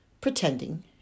pretending